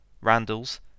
Randall's